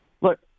Look